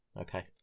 Okay